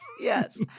yes